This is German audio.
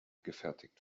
gefertigt